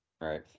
Right